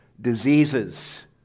diseases